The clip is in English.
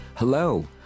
Hello